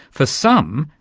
for some,